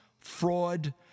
fraud